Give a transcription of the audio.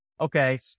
okay